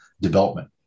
development